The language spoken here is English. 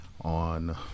On